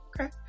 Okay